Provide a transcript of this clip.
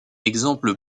exemple